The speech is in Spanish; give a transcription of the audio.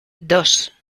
dos